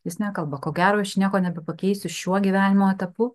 jis nekalba ko gero aš nieko nebepakeisiu šiuo gyvenimo etapu